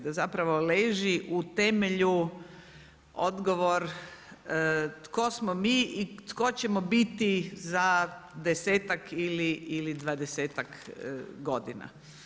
Da zapravo leži u temelju odgovor tko smo mi i tko ćemo biti za desetak ili dvadesetak godina.